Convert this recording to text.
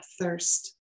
thirst